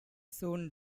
soon